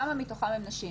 כמה מתוכם הן נשים.